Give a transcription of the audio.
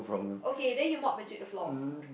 okay then you mop and sweep the floor